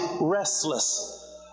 restless